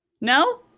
No